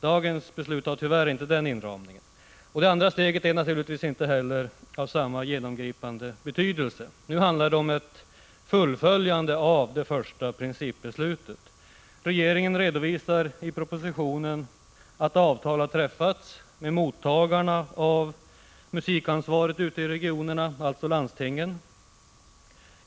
Dagens beslut har tyvärr inte den inramningen. Det andra steget har naturligtvis inte heller samma genomgripande betydelse. Det handlar nu om ett fullföljande av det första principbeslutet. Regeringen redovisar i propositionen att avtal har träffats med mottagarna av musikansvaret ute i regionerna, dvs. landstingen.